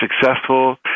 successful